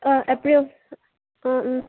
ꯑꯥ April ꯑꯥ ꯎꯝ